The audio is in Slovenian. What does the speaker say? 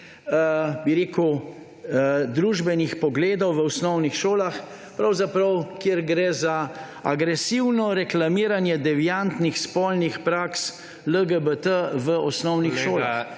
bi rekel, družbenih pogledov v osnovnih šolah, kjer gre pravzaprav za agresivno reklamiranje deviantnih spolnih praks LGBT v osnovnih šolah